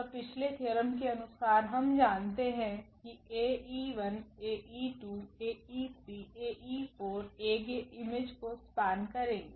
तब पिछले थ्योरम के अनुसार हम जानते हैं कि𝐴𝑒1𝐴𝑒2𝐴𝑒3Ae4 A के इमेज कोस्पेन करेगे